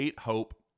Hope